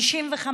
55,